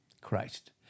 Christ